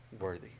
worthy